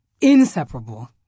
Inseparable